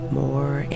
more